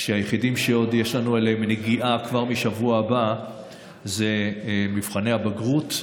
היחידים שעוד יש לנו אליהם נגיעה כבר משבוע הבא הם נבחני הבגרות,